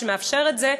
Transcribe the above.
שמאפשר את זה,